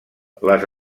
les